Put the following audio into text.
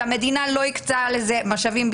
אבל המדינה בכלל לא הקצתה לזה משאבים.